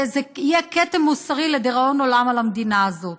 זה יהיה כתם מוסרי לדיראון עולם על המדינה הזאת.